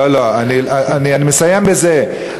לא לא, אני מסיים בזה.